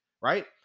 right